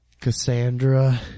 Cassandra